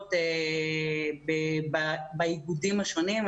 אחראיות באיגודים השונים.